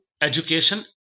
education